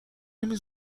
نمی